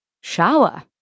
Shower